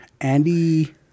Andy